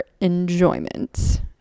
enjoyment